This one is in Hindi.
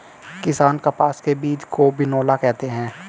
किसान कपास के बीज को बिनौला कहते है